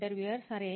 interviewer సరే